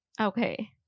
Okay